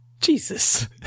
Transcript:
Jesus